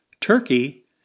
Turkey